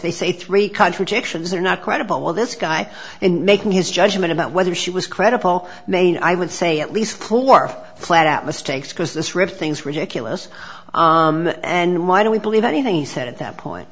they say three contradictions or not credible well this guy and making his judgment about whether she was credible main i would say at least four flat out mistakes because this read things ridiculous and why do we believe anything he said at that point